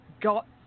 got